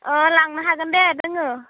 अ लांनो हागोनदे दोङो